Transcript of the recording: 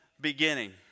beginning